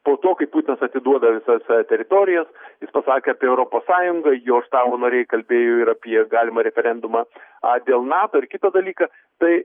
po to kai putinas atiduoda visas teritorijas jis pasakė apie europos sąjungą jo štabo nariai kalbėjo ir apie galimą referendumą dėl nato ir kitą dalyką tai